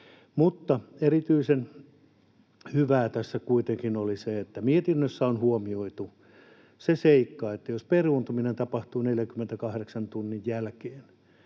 Mutta erityisen hyvää tässä kuitenkin oli, että mietinnössä on huomioitu se seikka, että jos peruuntuminen tapahtuu 48 tunnin jälkeen,